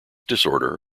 disorder